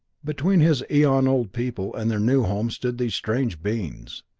between his eon-old people and their new home stood these strange beings,